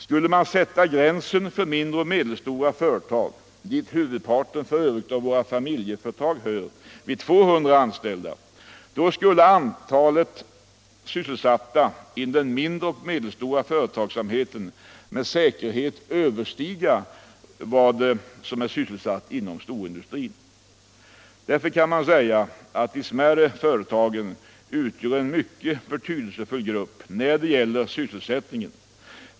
Skulle man sätta gränsen för mindre och medelstora företag, dit f. ö. huvudparten av våra familjeföretag hör, vid 200 anställda skulle antalet sysselsatta inom den mindre och medelstora företagsamheten med säkerhet överstiga antalet personer sysselsatta inom storindustrin. Därför kan man säga att de smärre företagen utgör en mycket betydelsefull grupp när det gäller sysselsättningen.